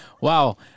Wow